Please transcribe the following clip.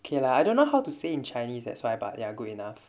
okay lah I don't know how to say in chinese that's why but ya good enough